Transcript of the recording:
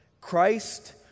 Christ